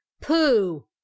pooh